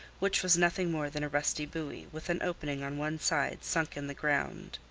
which was nothing more than a rusty buoy, with an opening on one side, sunk in the ground.